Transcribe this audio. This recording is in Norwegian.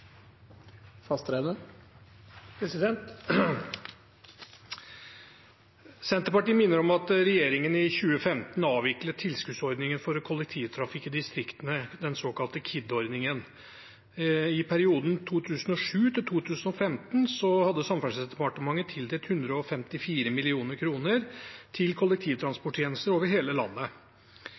av bompenger. Senterpartiet minner om at regjeringen i 2015 avviklet tilskuddsordningen for kollektivtrafikk i distriktene, den såkalte KID-ordningen. I perioden 2007–2015 hadde Samferdselsdepartementet tildelt 154 mill. kr til kollektivtransporttjenester over hele landet.